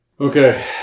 Okay